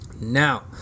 Now